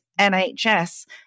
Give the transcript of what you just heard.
NHS